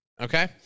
Okay